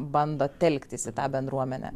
bando telktis į tą bendruomenę